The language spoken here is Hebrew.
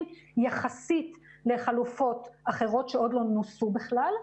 יחסית לחלופות אחרות שעוד לא נוסו בכלל,